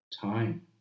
Time